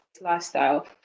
lifestyle